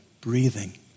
breathing